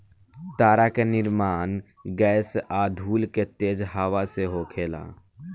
तारा के निर्माण गैस आ धूल के तेज हवा से होखेला